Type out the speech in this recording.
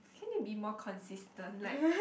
can you be more consistent like